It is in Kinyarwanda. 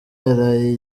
yaraye